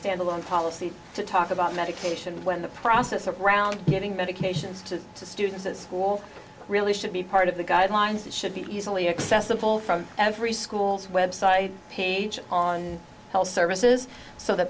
standalone policy to talk about medication when the process around getting medications to students as cool really should be part of the guidelines that should be easily accessible from every school's website page on health services so th